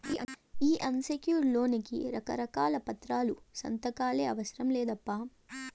ఈ unsecured loan కి రకారకాల పత్రాలు, సంతకాలే అవసరం లేదప్పా